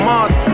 Mars